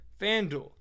FanDuel